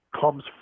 comes